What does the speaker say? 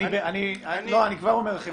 אני כבר אומר לכם,